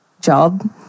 job